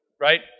right